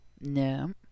No